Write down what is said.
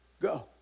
go